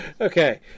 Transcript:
okay